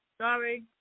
Sorry